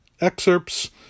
excerpts